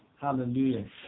Hallelujah